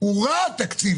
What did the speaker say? הוא רע התקציב,